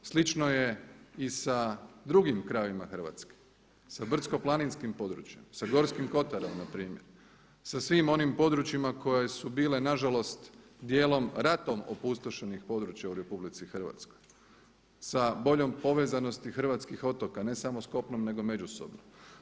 Slično je i sa drugim krajevima Hrvatske, sa brdsko-planinskim područjem, sa Gorskim kotarom na primjer, sa svim onim područjima koje su bile nažalost dijelom ratom opustošenih područja u RH, sa boljom povezanosti hrvatskih otoka, ne samo s kopnom nego i međusobno.